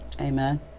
Amen